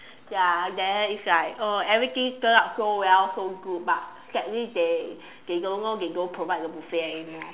ya then it's like (uh)everything turn out so well so good but sadly they they don't know they don't provide the buffet anymore